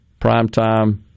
primetime